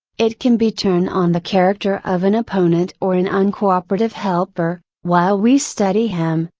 it can be turned on the character of an opponent or an uncooperative helper, while we study him,